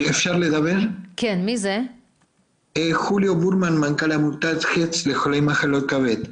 אני מנכ"ל עמותת 'חץ' לחולי מחלות כבד.